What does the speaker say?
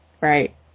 right